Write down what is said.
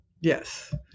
Yes